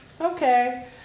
okay